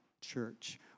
church